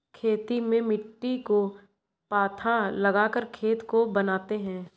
खेती में मिट्टी को पाथा लगाकर खेत को बनाते हैं?